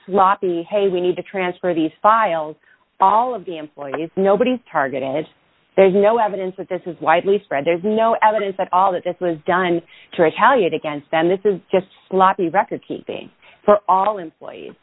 sloppy hey we need to transfer these files all of the employees nobody's targeted there's no evidence that this is widely spread there's no evidence at all that this was done to retaliate against them this is just sloppy recordkeeping for all employees